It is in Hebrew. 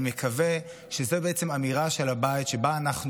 אני מקווה שזו בעצם אמירה של הבית שבה אנחנו